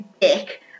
dick